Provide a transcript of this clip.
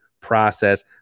process